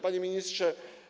Panie Ministrze!